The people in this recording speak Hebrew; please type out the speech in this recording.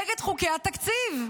נגד חוקי התקציב.